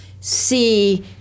see